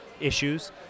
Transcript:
issues